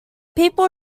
people